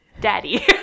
Daddy